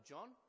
John